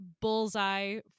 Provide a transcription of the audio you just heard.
bullseye